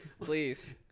please